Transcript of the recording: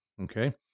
Okay